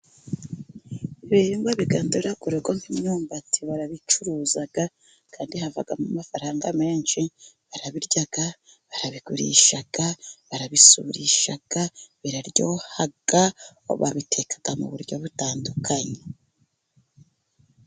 Ibihingwa bigandura urugo nk'imyumbati barabicuruza kandi havamo amafaranga menshi barabirya, barabigurisha, barabisurisha, biraryoha, babiteka mu buryo butandukanye.